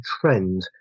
trend